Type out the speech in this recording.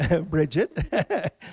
Bridget